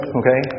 okay